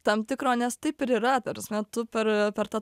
tam tikro nes taip ir yra ta prasme tu per per tą